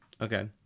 Okay